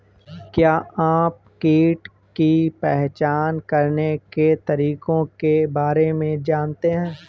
क्या आप कीट की पहचान करने के तरीकों के बारे में जानते हैं?